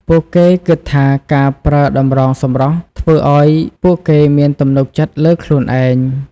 ពួកគេគិតថាការប្រើតម្រងសម្រស់ធ្វើឱ្យពួកគេមានទំនុកចិត្តលើខ្លួនឯង។